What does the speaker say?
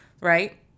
right